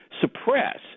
suppress